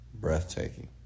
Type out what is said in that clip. breathtaking